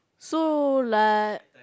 so like